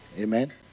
amen